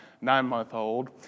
nine-month-old